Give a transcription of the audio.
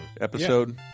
episode